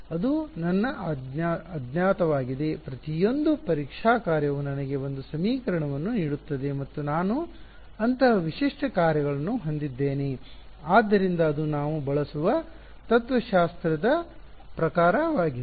ಅದು ನನ್ನ ಅಜ್ಞಾತವಾಗಿದೆ ಪ್ರತಿಯೊಂದು ಪರೀಕ್ಷಾ ಕಾರ್ಯವು ನನಗೆ ಒಂದು ಸಮೀಕರಣವನ್ನು ನೀಡುತ್ತದೆ ಮತ್ತು ನಾನು ಅಂತಹ ವಿಶಿಷ್ಟ ಕಾರ್ಯಗಳನ್ನು ಹೊಂದಿದ್ದೇನೆ ಆದ್ದರಿಂದ ಅದು ನಾವು ಬಳಸುವ ತತ್ತ್ವಶಾಸ್ತ್ರದ ಪ್ರಕಾರವಾಗಿದೆ